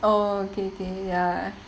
oh okay okay ya